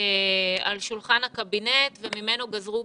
על שולחן הקבינט וממנו גזרו,